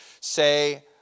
say